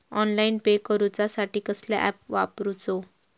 Online pay करूचा साठी कसलो ऍप वापरूचो?